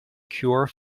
cure